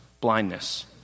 Blindness